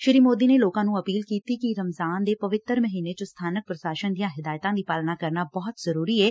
ਸ਼੍ਰੀ ਮੋਦੀ ਨੇ ਲੋਕਾਂ ਨੂੰ ਅਪੀਲ ਕੀਤੀ ਕਿ ਰਮਜਾਨ ਦੇ ਪਵਿੱਤਰ ਮਹੀਨੇ 'ਚ ਸਬਾਨਕ ਪ੍ਸ਼ਾਸਨ ਦੀਆਂ ਹਿਦਾਇਤਾਂ ਦੀ ਪਾਲਨਾ ਕਰਨਾ ਬਹੁਤ ਜਰੂਰੀ ਏ